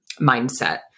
mindset